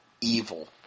evil